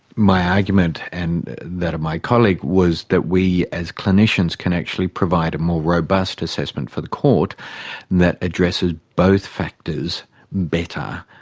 my argument and that of my colleague was that we as clinicians can actually provide a more robust assessment for the court that addresses both factors better.